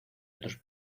otros